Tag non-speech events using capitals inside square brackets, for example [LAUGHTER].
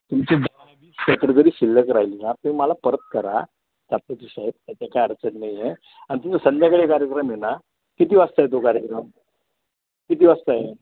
तुमची [UNINTELLIGIBLE] शिल्लक राहिली ना तुम्ही मला परत करा त्याचं कसं आहे त्याचं काय अडचण नाही आहे आणि तुमचं संध्याकाळी कार्यक्रम आहे ना किती वाजता आहे तो कार्यक्रम किती वाजता आहे